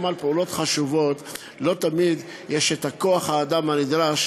גם בפעולות חשובות לא תמיד יש כוח-האדם הנדרש